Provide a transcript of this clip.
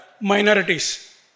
minorities